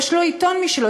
יש לו עיתון משלו.